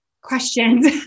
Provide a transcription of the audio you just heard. questions